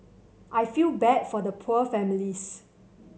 I feel bad for the poor families